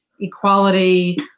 equality